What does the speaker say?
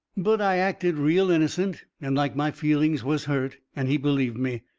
but i acted real innocent and like my feelings was hurt, and he believed me.